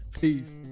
Peace